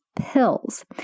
pills